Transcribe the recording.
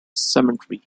cemetery